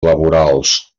laborals